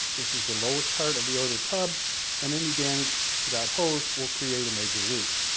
this is the lowest part of the outer tub and any damage to that hose will create a major leak.